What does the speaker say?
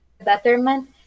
betterment